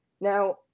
Now